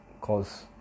cause